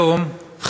עד היום חייל,